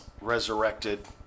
resurrected